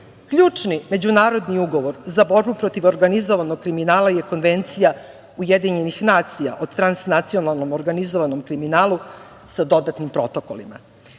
oblast. Ključni međunarodni ugovor za borbu protiv organizovanog kriminala je Konvencija Ujedinjenih nacija o transnacionalnom organizovanom kriminalu, sa dodatnim protokolima.